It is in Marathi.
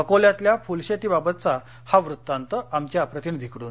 अकोल्यातल्या फुल शेतीबाबतच हा वृत्तांत आमच्या प्रतिनिधीकडून